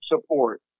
support